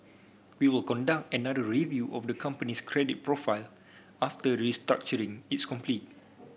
we will conduct another review of the company's credit profile after restructuring is complete